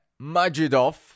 Majidov